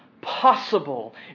possible